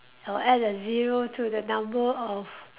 or add a zero to the number of